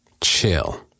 Chill